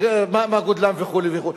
מה גודלם וכדומה,